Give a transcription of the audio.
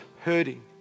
hurting